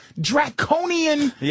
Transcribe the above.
draconian